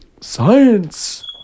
Science